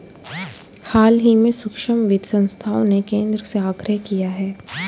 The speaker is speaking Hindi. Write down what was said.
हाल ही में सूक्ष्म वित्त संस्थाओं ने केंद्र से आग्रह किया है